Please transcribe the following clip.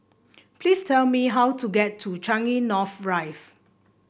please tell me how to get to Changi North Rise